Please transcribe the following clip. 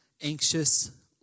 anxious